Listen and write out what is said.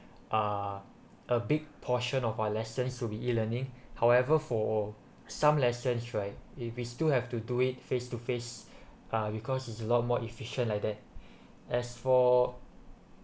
uh a big portion of our lessons to be E learning however for some lessons right if we still have to do it face to face uh because it is a lot more efficient like that as for